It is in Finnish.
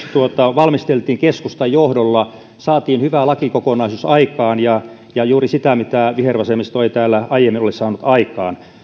valmisteltiin keskustan johdolla saatiin hyvä lakikokonaisuus aikaan ja ja juuri sitä mitä vihervasemmisto ei täällä aiemmin ole saanut aikaan